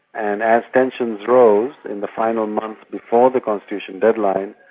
and as tensions rose in the final months before the constitution deadline,